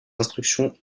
instructions